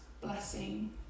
blessing